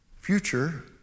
future